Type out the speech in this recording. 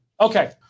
Okay